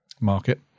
market